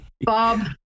Bob